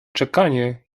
czekanie